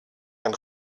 ein